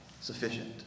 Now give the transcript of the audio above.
sufficient